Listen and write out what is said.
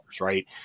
right